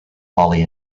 holly